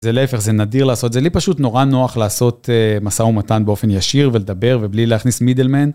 זה להיפך, זה נדיר לעשות, זה לי פשוט נורא נוח לעשות משא ומתן באופן ישיר ולדבר ובלי להכניס מידלמן.